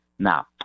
Now